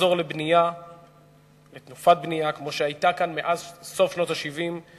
נחזור לתנופת בנייה כמו שהיתה כאן מאז סוף שנות ה-70,